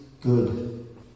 good